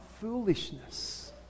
foolishness